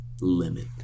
limit